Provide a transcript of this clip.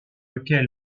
lequel